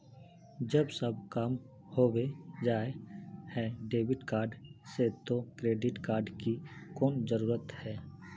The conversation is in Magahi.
जब सब काम होबे जाय है डेबिट कार्ड से तो क्रेडिट कार्ड की कोन जरूरत है?